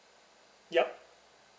yup